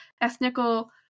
ethnical